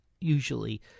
usually